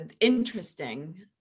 interesting